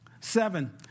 Seven